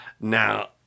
Now